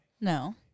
No